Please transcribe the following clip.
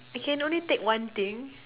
I I can only take one thing